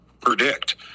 predict